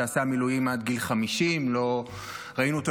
שעשה מילואים עד גיל 50. ראינו אותו